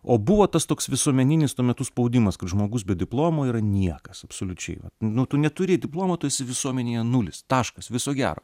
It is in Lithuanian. o buvo tas toks visuomeninis tuo metu spaudimas kad žmogus be diplomo yra niekas absoliučiai nu tu neturi diplomo tu esi visuomenėje nulis taškas viso gero